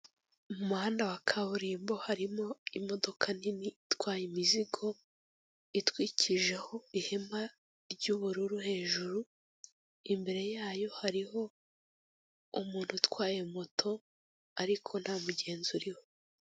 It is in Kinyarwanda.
Umuhanda wa kaburimbo harimo imodoka nini itwaye imizigo itwikijeho ihema ry'ubururu hejuru, imbere yayo hariho umuntu utwaye moto ariko nta mugenzi uriho.